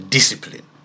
Discipline